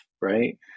Right